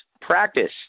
practice